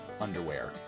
underwear